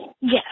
Yes